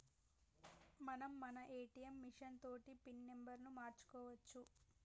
మనం మన ATM machine తోటి పిన్ నెంబర్ను మార్చుకోవచ్చు